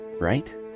right